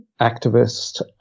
activist